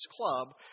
club